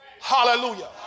Hallelujah